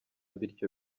bityo